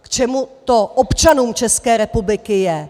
K čemu to občanům České republiky je?